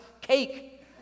cake